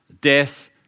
death